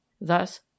Thus